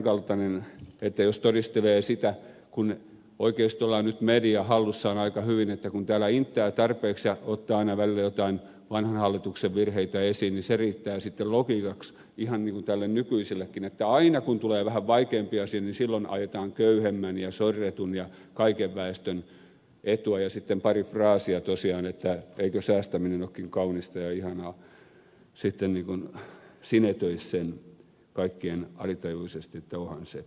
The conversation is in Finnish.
kuvitellaan että jos todistelee sitä kun oikeistolla on nyt media hallussaan aika hyvin että kun täällä inttää tarpeeksi ja ottaa aina välillä jotain vanhan hallituksen virheitä esiin niin se riittää sitten logiikaksi ihan niin kuin on tällä nykyiselläkin että aina kun tulee vähän vaikeampi asia niin silloin ajetaan köyhemmän ja sorretun ja kaiken väestön etua ja sitten sanotaan pari fraasia tosiaan että eikö säästäminen olekin kaunista ja ihanaa ikään kuin se sitten niin kuin sinetöisi sen alitajuisesti että onhan se